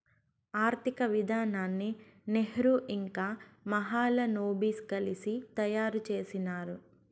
ఆర్థిక విధానాన్ని నెహ్రూ ఇంకా మహాలనోబిస్ కలిసి తయారు చేసినారు